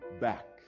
back